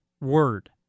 Word